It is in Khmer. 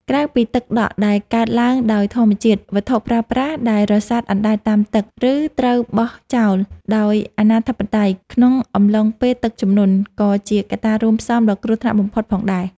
ក្រៅពីទឹកដក់ដែលកើតឡើងដោយធម្មជាតិ វត្ថុប្រើប្រាស់ដែលរសាត់អណ្តែតតាមទឹក ឬត្រូវបោះចោលដោយអនាធិបតេយ្យក្នុងអំឡុងពេលទឹកជំនន់ ក៏ជាកត្តារួមផ្សំដ៏គ្រោះថ្នាក់បំផុតផងដែរ។